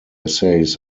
essays